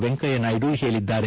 ವೆಂಕಯ್ಕನಾಯ್ದ ಹೇಳಿದ್ದಾರೆ